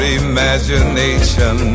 imagination